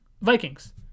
Vikings